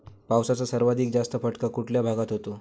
पावसाचा सर्वाधिक जास्त फटका कुठल्या भागात होतो?